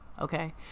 okay